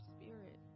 spirit